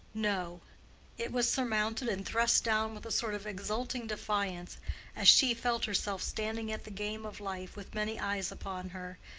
no it was surmounted and thrust down with a sort of exulting defiance as she felt herself standing at the game of life with many eyes upon her,